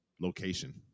location